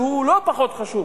שהוא לא פחות חשוב,